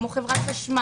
כמו: חברת חשמל,